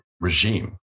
regime